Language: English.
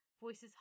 voices